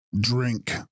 Drink